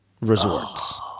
resorts